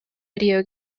video